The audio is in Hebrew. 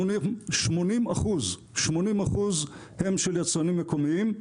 80% הם של יצרנים מקומיים,